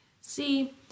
See